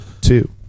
two